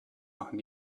machen